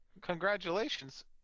congratulations